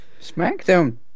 SmackDown